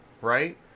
right